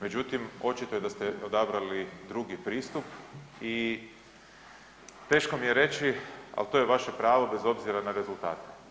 Međutim očito je da ste odabrali drugi pristup i teško mi je reći ali to je vaše pravo bez obzira na rezultate.